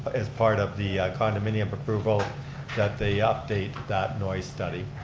as part of the condominium approval that they update that noise study.